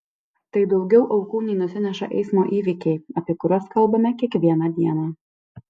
tai daugiau aukų nei nusineša eismo įvykiai apie kuriuos kalbame kiekvieną dieną